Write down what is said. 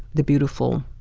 the beautiful,